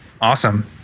Awesome